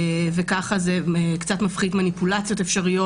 ככה זה קצת מפחית מניפולציות אפשריות,